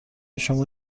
شما